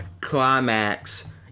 climax